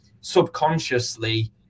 subconsciously